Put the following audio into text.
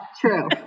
True